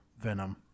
Venom